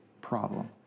problem